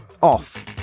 off